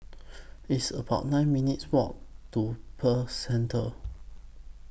It's about nine minutes' Walk to Pearl Centre